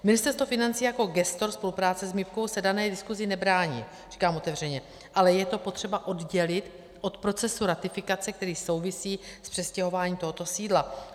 Ministerstvo financí jako gestor spolupráce s MIB se dané diskuzi nebrání, říkám otevřeně, ale je to potřeba oddělit od procesu ratifikace, který souvisí s přestěhováním tohoto sídla.